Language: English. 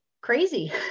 crazy